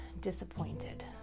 disappointed